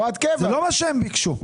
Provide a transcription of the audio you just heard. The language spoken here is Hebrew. זה לא מה שהם ביקשו.